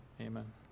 amen